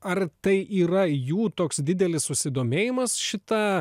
ar tai yra jų toks didelis susidomėjimas šita